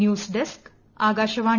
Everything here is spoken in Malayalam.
news desk Akashvani